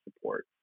support